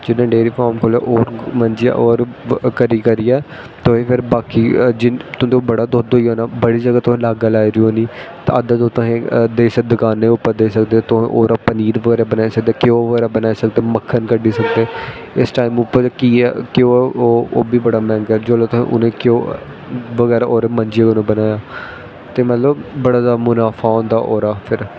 जियां dairy farm खोह्लेआ होर मंजियां होर करी करियै तुस फिर बाकी बड़ा जादा तुं'दे दुद्ध होई जाना बड़ी जादा तुसें लाग्गां लाई दी होंनियां ते अद्धा तुसें कुछ दकानें पर देई सकदे ओ तुस ओह्दा पनीर बगैरा बनाई सकदे ओ घ्यो बगैरा बनाी सकदे ओ मक्खन कड्डी सकदे ओ इस टाइम उप्पर कि इ'यां घ्यो बी बड़ा मैंह्गा ऐ जिसलै तुस उसदे च घ्यो बगैरा ओह् मंजियें कोला बनाया ते मतलब बड़ा जादा मनाफा होंदा ओह्दा फिर